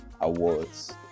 awards